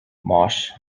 moshe